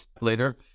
later